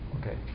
okay